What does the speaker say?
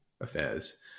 affairs